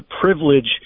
privilege